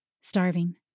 starving